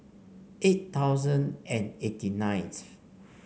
eight thousand and eighty ninth